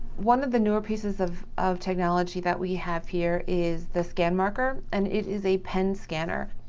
one of the newer pieces of of technology that we have here is the scan marker. and it is a pen scanner.